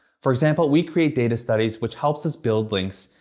for example, we create data studies which helps us build links,